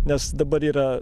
nes dabar yra